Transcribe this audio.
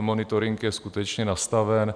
Monitoring je skutečně nastaven.